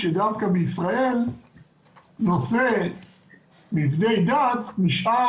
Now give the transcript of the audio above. זה שדווקא בישראל נושא מבני דת נשאר